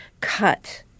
cut